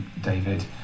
David